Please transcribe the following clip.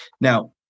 Now